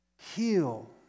heal